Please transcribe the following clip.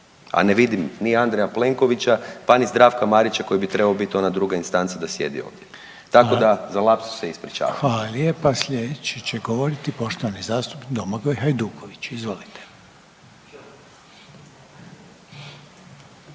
a ne vidim ni Andreja Plenkovića pa ni Zdravka Marića koji bi trebao biti onda druga instanca da sjedi ovdje, tako da za lapsus se ispričavam. **Reiner, Željko (HDZ)** Hvala lijepa. Sljedeći će govoriti poštovani zastupnik Domagoj Hajduković. Izvolite.